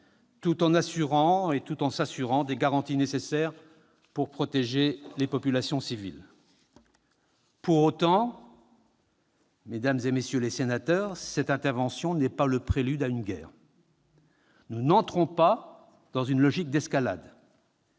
tout en assurant et s'assurant des garanties nécessaires pour protéger les populations civiles. Pour autant, mesdames, messieurs les sénateurs, cette intervention n'est pas le prélude à une guerre. Nous n'entrons pas dans une logique d'escalade.